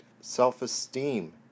self-esteem